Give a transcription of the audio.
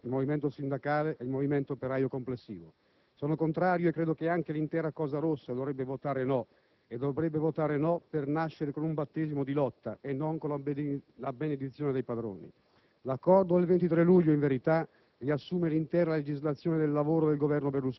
toglie loro le speranze residue, approfondendo ancor più la distanza tra le forze di sinistra, il movimento sindacale e il movimento operaio complessivo. Sono contrario e credo che anche l'intera "Cosa rossa" dovrebbe votare no, e lo dovrebbe fare per nascere con un battesimo di lotta e non con la benedizione dei padroni.